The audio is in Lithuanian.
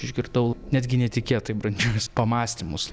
išgirdau netgi netikėtai brandžius pamąstymus